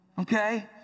Okay